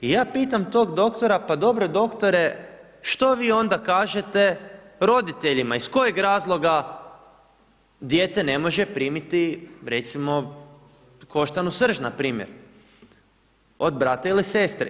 I ja pitam tog doktora, pa dobro doktore, što vi onda kažete roditeljima, iz kojeg razloga dijete ne može primiti, recimo, koštanu srž npr. od brata ili sestre.